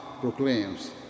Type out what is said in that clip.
proclaims